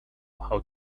how